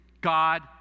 God